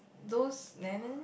those